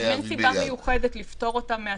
אין סיבה מיוחדת לפטור אותם מהצמיד,